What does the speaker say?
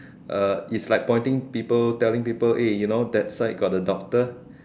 uh is like pointing people telling people eh you know that side got the doctor